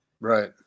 Right